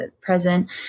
present